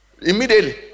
Immediately